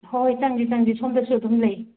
ꯍꯣꯏ ꯆꯪꯁꯦ ꯆꯪꯁꯦ ꯁꯣꯝꯗꯁꯨ ꯑꯗꯨꯝ ꯂꯩ